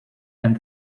and